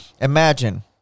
Imagine